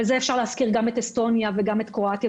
ופה אפשר להזכיר את אסטוניה וקרואטיה